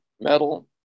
metal